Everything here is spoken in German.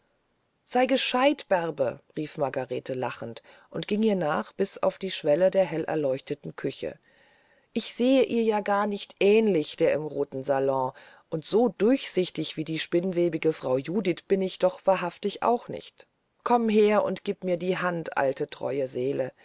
sei gescheit bärbe rief margarete lachend und ging ihr nach bis auf die schwelle der hellerleuchteten küche ich sehe ihr ja gar nicht ähnlich der im roten salon und so durchsichtig wie die spinnwebige frau judith bin ich doch wahrhaftig auch nicht komm her und gib mir eine hand alte treue seele